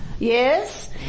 Yes